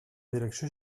direcció